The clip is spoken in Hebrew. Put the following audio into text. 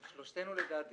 עם שלושתנו לדעתי